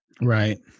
Right